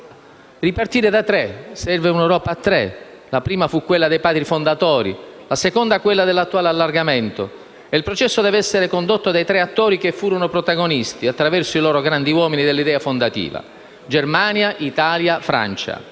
ripartire da tre. Serve una Europa a tre: la prima fu quella dei Padri fondatori, la seconda quella dell'attuale allargamento e il processo deve essere condotto dai tre attori che, attraverso i loro grandi uomini, furono protagonisti dell'idea fondativa: Germania, Italia e Francia,